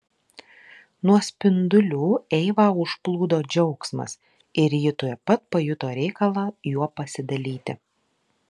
nuo spindulių eivą užplūdo džiaugsmas ir ji tuoj pat pajuto reikalą juo pasidalyti